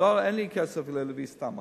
אין לי כסף להביא סתם,